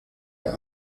der